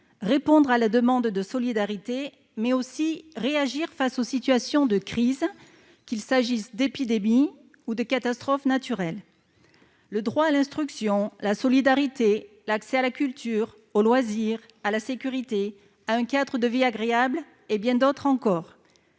répondre à la demande de solidarité, mais aussi réagir face aux situations de crise, qu'il s'agisse d'épidémies ou de catastrophes naturelles. Droit à l'instruction, solidarité, accès à la culture, aux loisirs, à la sécurité, à un cadre de vie agréable ...: les maires sont